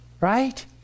right